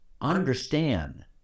understand